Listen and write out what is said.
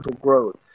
growth